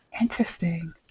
Interesting